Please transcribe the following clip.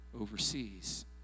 overseas